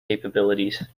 capabilities